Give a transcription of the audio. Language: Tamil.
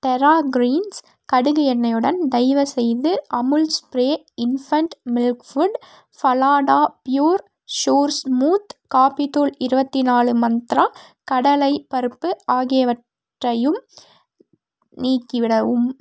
டெரா க்ரீன்ஸ் கடுகு எண்ணெயுடன் தயவுசெய்து Amulspray infant milk food Phalada pure sure smooth coffee தூள் இருபத்தி நாலு மந்த்ரா கடலை பருப்பு ஆகியவற்றையும் நீக்கிவிடவும்